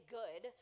good